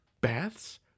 baths